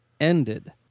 ended